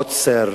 עוצר,